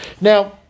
Now